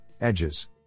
edges